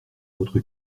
votre